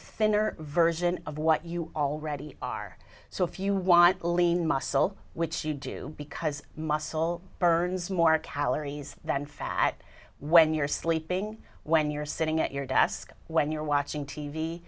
thinner version of what you already are so if you want lean muscle which you do because muscle burns more calories than fat when you're sleeping when you're sitting at your desk when you're watching t